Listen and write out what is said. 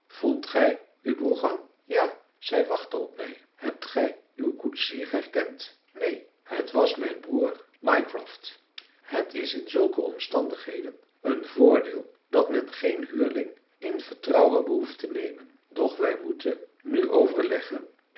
vondt gij uw brougham ja zij wachtte op mij hebt gij uw koetsier herkend neen het was mijn broer mycroft het is in zulke omstandigheden een voordeel dat men geen huurling in vertrouwen behoeft te nemen doch wij moeten nu overleggen